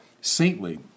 saintly